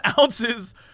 ounces